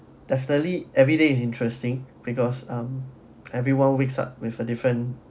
definitely everyday is interesting because um everyone wakes up with a different